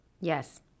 Yes